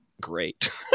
great